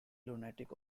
lunatic